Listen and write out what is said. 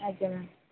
ଆଜ୍ଞା ମ୍ୟାମ୍